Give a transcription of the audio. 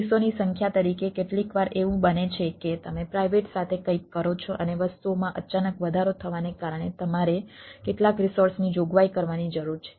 કેસોની સંખ્યા તરીકે કેટલીકવાર એવું બને છે કે તમે પ્રાઇવેટ સાથે કંઈક કરો છો અને વસ્તુઓમાં અચાનક વધારો થવાને કારણે તમારે કેટલાક રિસોર્સની જોગવાઈ કરવાની જરૂર છે